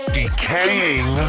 decaying